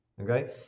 Okay